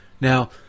Now